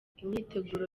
imyiteguro